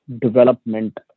development